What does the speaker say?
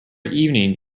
evening